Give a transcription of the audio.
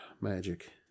Magic